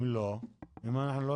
אם היא אומרת